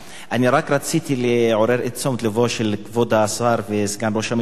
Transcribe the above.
אני רק רציתי לעורר את תשומת לבו של כבוד השר וסגן ראש הממשלה,